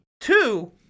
Two